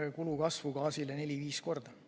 et kulud gaasile kasvavad